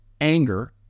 anger